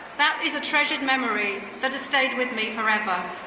that is a treasured memory that has stayed with me forever.